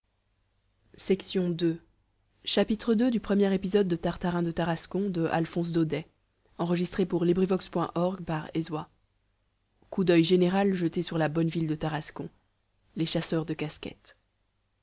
grand l'incomparable tartarin de tarascon ii coup d'oeil général jeté sur la bonne ville de tarascon les chasseurs de casquettes